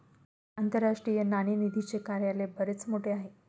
आंतरराष्ट्रीय नाणेनिधीचे कार्यालय बरेच मोठे आहे